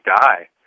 die